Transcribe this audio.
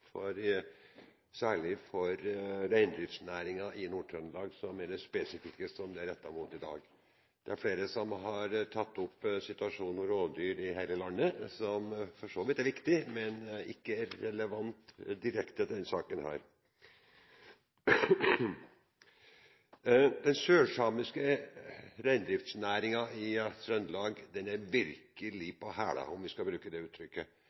særlig for reindriftsnæringen i Nord-Trøndelag, som interpellasjonen spesifikt er rettet mot i dag. Det er flere som har tatt opp rovdyrsituasjonen i hele landet, som for så vidt er viktig, men ikke direkte relevant i denne saken. Den sørsamiske reindriftsnæringen i Trøndelag er virkelig på hæla, om jeg kan bruke det uttrykket.